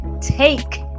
take